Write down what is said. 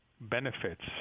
benefits